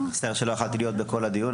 מצטער שלא יכולתי להיות בכל הדיון,